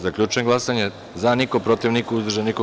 Zaključujem glasanje: za – niko, protiv – niko, uzdržanih – nema.